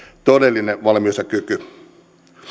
todellinen valmius ja kyky